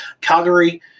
Calgary